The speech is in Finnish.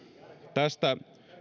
tästä